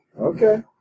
Okay